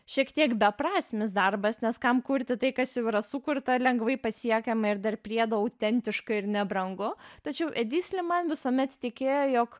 šiek tiek beprasmis darbas nes kam kurti tai kas jau yra sukurta lengvai pasiekiama ir dar priedo autentiška ir nebrangu tačiau edi sliman visuomet tikėjo jog